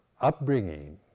upbringing